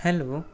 hello